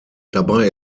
dabei